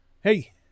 Hey